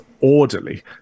orderly